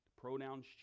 pronouns